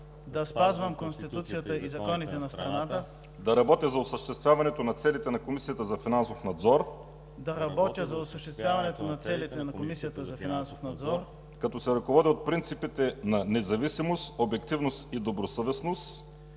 да спазвам Конституцията и законите на страната, да работя за осъществяването на целите на Комисията за финансов надзор, като се ръководя от принципите на независимост, обективност и добросъвестност